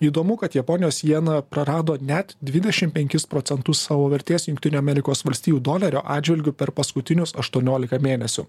įdomu kad japonijos jiena prarado net dvidešim penkis procentus savo vertės jungtinių amerikos valstijų dolerio atžvilgiu per paskutinius aštuoniolika mėnesių